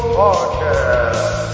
podcast